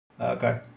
Okay